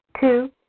Two